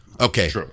okay